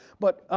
but